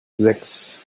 sechs